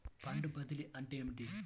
Fund బదిలీ అంటే ఏమిటి?